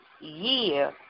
year